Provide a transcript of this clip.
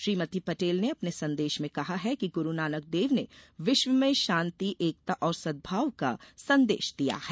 श्रीमती पटेल ने अपने संदेश में कहा है कि गुरूनानक देव ने विश्व में शान्ति एकता और सद्भाव का संदेश दिया है